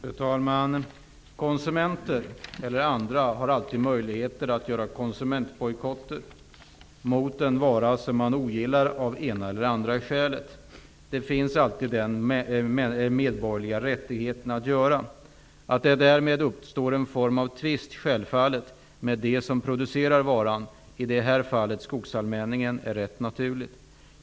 Fru talman! Konsumenter eller andra har alltid möjligheter att genomföra bojkotter mot en vara som man av det ena eller andra skälet ogillar. Man har en medborgerlig rättighet att göra detta. Självfallet uppstår därmed en form av tvist, i det här fallet med den part som producerar varan, skogsallmänningen.